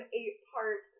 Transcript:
eight-part